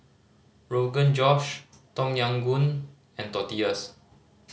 Rogan Josh Tom Yam Goong and Tortillas